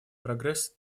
прогресс